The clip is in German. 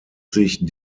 sich